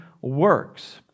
works